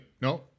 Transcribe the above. No